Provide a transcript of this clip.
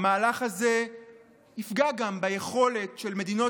המהלך הזה יפגע גם ביכולת של מדינות